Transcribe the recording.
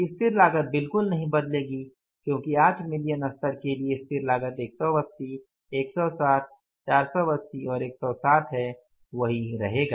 स्थिर लागत बिल्कुल नहीं बदलेगी क्योंकि 8 मिलियन स्तर के लिए स्थिर लागत 180 160 480 और 160 है वही रहेगा